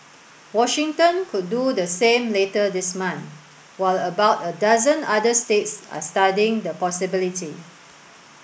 Washington could do the same later this month while about a dozen other states are studying the possibility